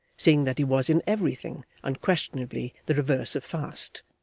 seeing that he was in everything unquestionably the reverse of fast,